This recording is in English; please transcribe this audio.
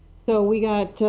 so we got